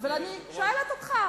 אבל אני שואלת אותך.